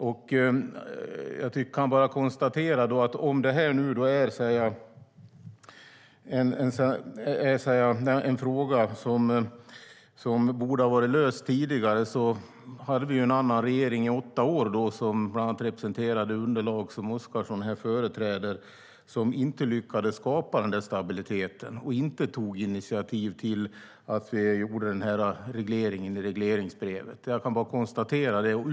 Detta är kanske en fråga som borde ha varit löst tidigare. Vi hade en annan regering i åtta år som representerade bland annat det underlag som Oscarsson företräder här. Den lyckades inte skapa någon stabilitet och tog inte initiativ till att göra någon reglering i regleringsbrev. Jag kan bara konstatera detta.